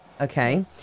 Okay